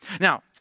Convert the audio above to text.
Now